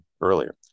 earlier